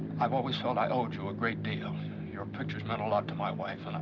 i've always felt i owed you a great deal. your pictures meant a lot to my wife and i.